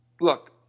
look